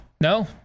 no